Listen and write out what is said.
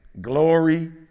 Glory